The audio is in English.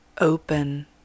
open